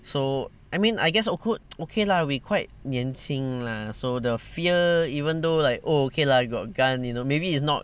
so I mean I guess of cour~ okay lah we quite 年轻 lah so the fear even though like oh okay lah got gun you know maybe is not